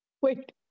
Wait